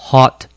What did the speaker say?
Hot